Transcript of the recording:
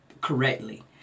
correctly